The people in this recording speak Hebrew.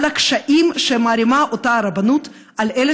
על הקשיים שמערימה אותה רבנות על אלה